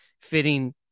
fitting